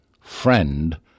Friend